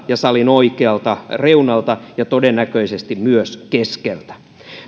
ja oikealta reunalta ja todennäköisesti myös keskeltä